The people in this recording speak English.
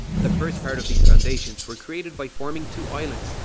the first part of these foundations were created by forming two islands,